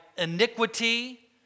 iniquity